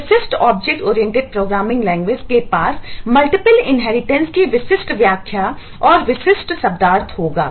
तो कैसे multiple inheritance की विशिष्ट व्याख्या और विशिष्ट शब्दार्थ होगा